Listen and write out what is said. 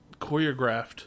choreographed